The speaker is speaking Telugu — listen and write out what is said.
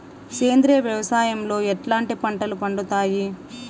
సేంద్రియ వ్యవసాయం లో ఎట్లాంటి పంటలు పండుతాయి